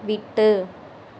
விட்டு